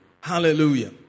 Hallelujah